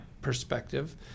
perspective